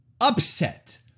upset